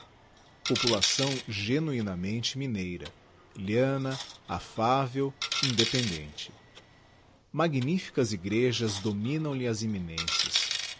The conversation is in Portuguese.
população genuinamente mineira lhana affavel independente digiti zedby google magnificas igrejas dominam lhe as eminências